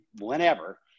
whenever